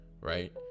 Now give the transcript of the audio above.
right